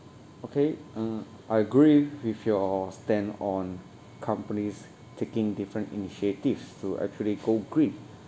okay uh I agree with your stand on companies taking different initiatives to actually go green